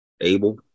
Abel